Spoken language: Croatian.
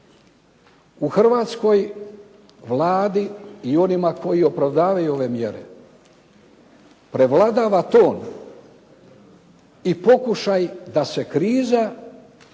u hrvatskoj Vladi i onima koji opravdavaju ove mjere prevladava to i pokušaj da se kriza ili